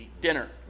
dinner